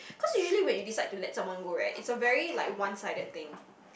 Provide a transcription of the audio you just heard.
cause you usually when you decide to let someone go right it's a very like one sided thing